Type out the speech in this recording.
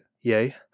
yay